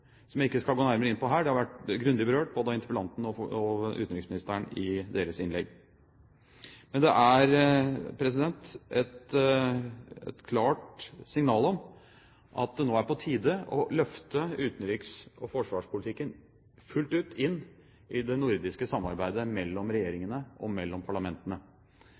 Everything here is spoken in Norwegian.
som jeg ikke skal gå nærmere inn på her, det har vært grundig berørt både av interpellanten og utenriksministeren i deres innlegg. Men det er et klart signal om at det nå er på tide å løfte utenriks- og forsvarspolitikken fullt ut inn i det nordiske samarbeidet mellom regjeringene og mellom parlamentene.